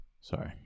sorry